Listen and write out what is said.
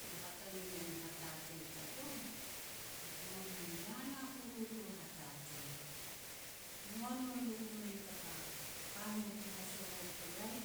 Tuku hatane mein u hatatei tagoan, lia ku mangil ni lala kuru turu hatatei. Noa no elia ku mei taka ka mea tu hasovo tu raeh,